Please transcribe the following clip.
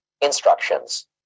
Instructions